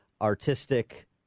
artistic